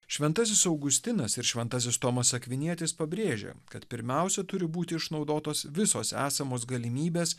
šventasis augustinas ir šventasis tomas akvinietis pabrėžia kad pirmiausia turi būti išnaudotos visos esamos galimybės